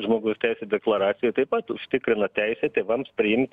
žmogaus teisių deklaracijoj taip pat užtikrins teisę tėvams priimt